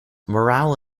morale